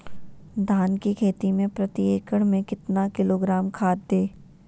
धान की खेती में प्रति एकड़ में कितना किलोग्राम खाद दे?